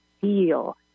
feel